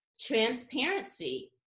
transparency